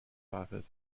office